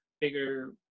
bigger